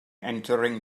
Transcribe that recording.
entering